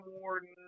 warden